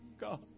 God